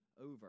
over